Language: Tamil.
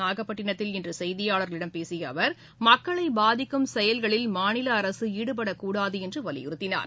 நாகப்பட்டினத்தில் இன்று செய்தியாளர்களிடம் பேசிய அவர் மக்களை பாதிக்கும் செயல்களில் மாநில அரசு ஈடுபடக்கூடாது என்று வலியுறுத்தினார்